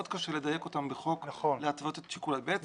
מאוד קשה לדייק אותן בחוק להתוות את שיקול הדעת.